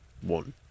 one